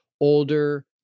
older